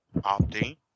opting